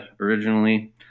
originally